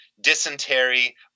dysentery